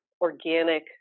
organic